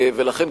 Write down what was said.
ולכן,